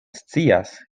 scias